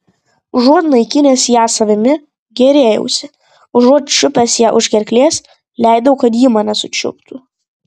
užuot naikinęs ją savimi gėrėjausi užuot čiupęs ją už gerklės leidau kad ji mane sučiuptų